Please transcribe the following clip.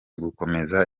gukomeza